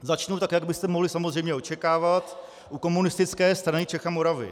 Začnu tak, jak byste mohli samozřejmě očekávat, u Komunistické strany Čech a Moravy.